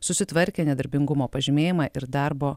susitvarkė nedarbingumo pažymėjimą ir darbo